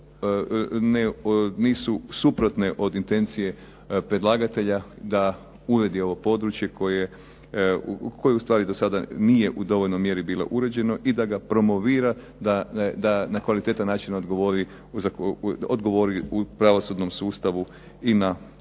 nisu suprotne od intencije predlagatelja da uredi ovo područje koje ustvari do sada nije u dovoljnoj mjeri bilo uređeno i da ga promovira da na kvalitetan način odgovori u pravosudnom sustavu i na ovu